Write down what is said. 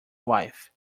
wife